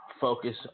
focus